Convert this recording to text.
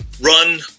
run